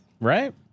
right